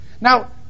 Now